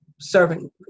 serving